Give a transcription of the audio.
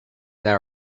that